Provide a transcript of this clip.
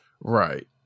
Right